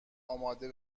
آماده